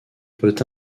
peut